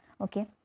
okay